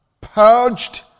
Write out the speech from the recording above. purged